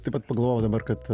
taip pat pagalvojau dabar kad